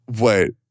Wait